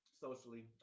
socially